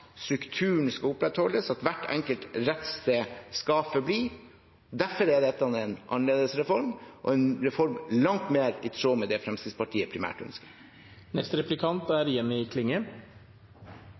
strukturen skal opprettholdes, og at hvert enkelt rettssted skal forbli. Derfor er dette en annerledes reform og en reform langt mer i tråd med det Fremskrittspartiet primært